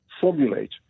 formulate